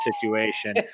situation